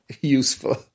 useful